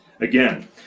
Again